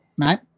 right